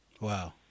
Wow